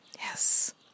Yes